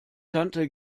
tante